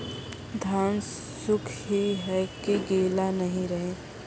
धान सुख ही है की गीला नहीं रहे?